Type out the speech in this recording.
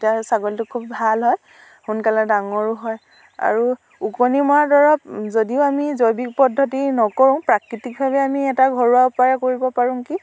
তেতিয়া ছাগলীটো খুব ভাল হয় সোনকালে ডাঙৰো হয় আৰু ওকণি মৰা দৰৱ যদিও আমি জৈৱিক পদ্ধতি নকৰোঁ প্ৰাকৃতিকভাৱে আমি এটা ঘৰুৱা উপায় কৰিব পাৰোঁ কি